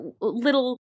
little